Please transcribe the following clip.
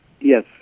yes